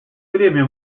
время